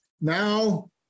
Now